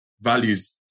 values